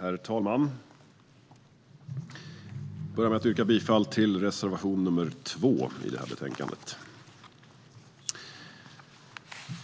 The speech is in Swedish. Herr talman! Jag börjar med att yrka bifall till reservation 2 i betänkandet.